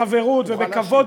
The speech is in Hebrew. ובחברות ובכבוד,